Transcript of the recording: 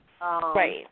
Right